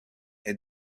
est